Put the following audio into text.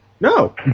No